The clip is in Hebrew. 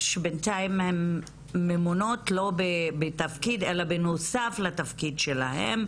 שבינתיים הן ממונות לא בתפקיד אלא בנוסף לתפקיד שלהן.